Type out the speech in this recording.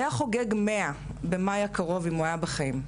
היה חוגג 100 שנים במאי הקרוב אם הוא היה בחיים,